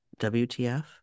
WTF